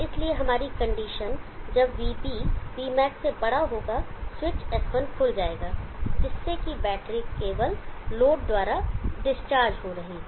इसलिए हमारी कंडीशन जब vB vmax से बड़ा होगा स्विच S1 खुल जाएगा जिससे कि बैटरी केवल लोड द्वारा डिस्चार्ज हो रही हो